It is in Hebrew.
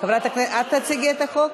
חברת הכנסת, את תציגי את החוק?